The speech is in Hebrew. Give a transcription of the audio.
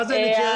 מה זה ניכרת?